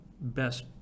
best